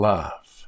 Love